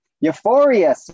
Euphoria